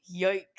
Yikes